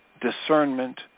discernment